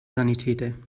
sanitäter